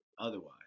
otherwise